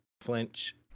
Flinch